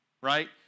right